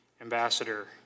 ambassador